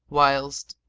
whilst,